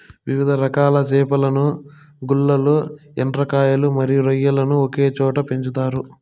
వివిధ రకాల చేపలను, గుల్లలు, ఎండ్రకాయలు మరియు రొయ్యలను ఒకే చోట పెంచుతారు